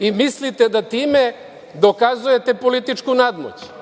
i mislite da time dokazujete političku nadmoć.